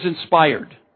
inspired